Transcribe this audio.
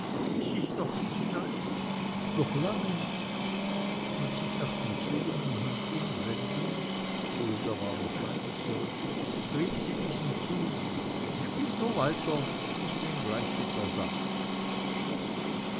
ist noch nicht eins noch lange nicht und sich nach den zwillingen hin umwendend hulda war noch weiter zurück rief sie diesen zu spielt nur weiter ich bin gleich wieder da